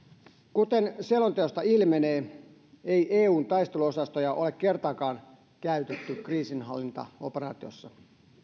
kuten selonteosta ilmenee ei eun taisteluosastoja ole kertaakaan käytetty kriisinhallintaoperaatiossa